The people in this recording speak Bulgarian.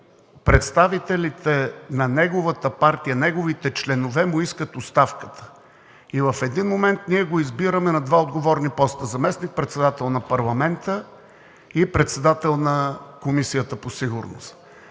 представителите на неговата партия, неговите членове му искат оставката и в един момент ние го избираме на два отговорни поста: заместник председател на парламента и председател на Комисията по сигурност.